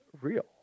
real